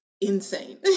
insane